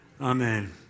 Amen